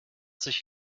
sich